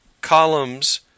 columns